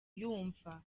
yumva